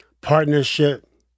partnership